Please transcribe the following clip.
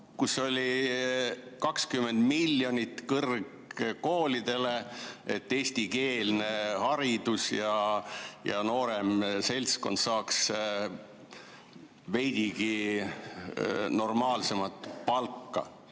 20 miljonit kõrgkoolidele, et [oleks] eestikeelne haridus ja ka noorem seltskond saaks veidigi normaalsemat palka.